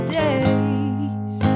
days